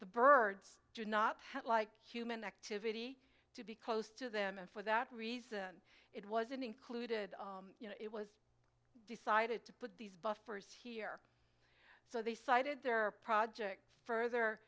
the birds do not like human activity to be close to them and for that reason it wasn't included you know it was decided to put these buffers here so they cited their project further